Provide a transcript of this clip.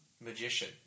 magician